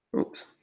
Oops